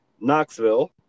Knoxville